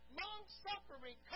long-suffering